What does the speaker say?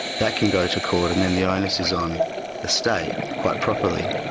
that can go to court. and then the onus is on the state, quite properly,